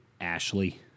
Ashley